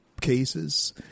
cases